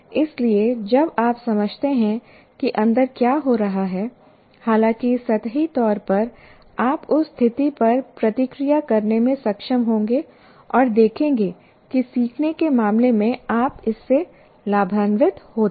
इसलिए जब आप समझते हैं कि अंदर क्या हो रहा है हालांकि सतही तौर पर आप उस स्थिति पर प्रतिक्रिया करने में सक्षम होंगे और देखेंगे कि सीखने के मामले में आप इससे लाभान्वित होते हैं